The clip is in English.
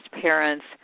parents